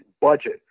budget